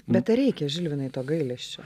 bet ar reikia žilvinai to gailesčio